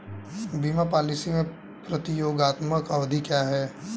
बीमा पॉलिसी में प्रतियोगात्मक अवधि क्या है?